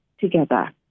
together